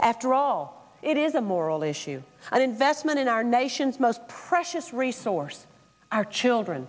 after all it is a moral issue i'd invest money in our nation's most precious resource our children